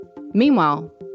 Meanwhile